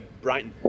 Brighton